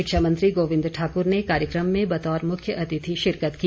शिक्षा मंत्री गोविंद ठाकुर ने कार्यक्रम में बतौर मुख्यातिथि शिरकत की